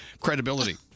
credibility